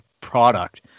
product